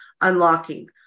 unlocking